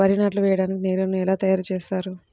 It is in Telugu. వరి నాట్లు వేయటానికి నేలను ఎలా తయారు చేస్తారు?